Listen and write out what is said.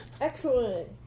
excellent